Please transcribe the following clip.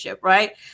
Right